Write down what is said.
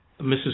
Mrs